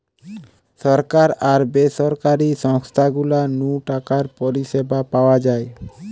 সরকার আর বেসরকারি সংস্থা গুলা নু টাকার পরিষেবা পাওয়া যায়